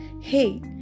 Hey